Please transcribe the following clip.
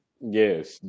Yes